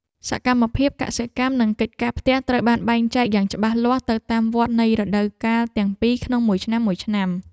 សកម្មភាពកសិកម្ម និងកិច្ចការផ្ទះត្រូវបានបែងចែកយ៉ាងច្បាស់លាស់ទៅតាមវដ្តនៃរដូវកាលទាំងពីរក្នុងមួយឆ្នាំៗ។